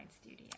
Studio